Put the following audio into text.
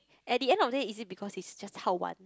at the end of the day it is because he's just 好玩